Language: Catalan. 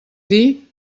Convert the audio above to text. dir